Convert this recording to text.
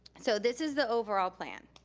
so this is the overall plan.